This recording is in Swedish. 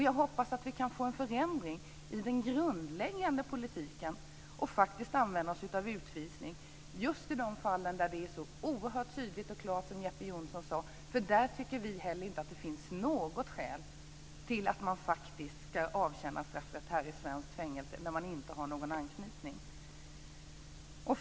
Jag hoppas att vi kan få en förändring i den grundläggande politiken och faktiskt använda oss av utvisning just i de fall där det är så oerhört klart och tydligt, som Jeppe Johnsson sade. Där tycker inte vi heller att det finns något skäl för att dessa personer ska avtjäna straffet i svenskt fängelse, dvs. när dessa personer inte har någon anknytning till Sverige.